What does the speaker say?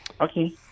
Okay